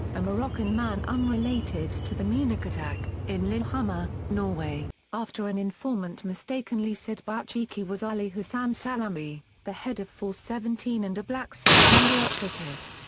a moroccan man unrelated to the munich attack, in lillehammer, norway, after an informant mistakenly said bouchiki was ali hassan salameh, the head of force seventeen and a black september operative.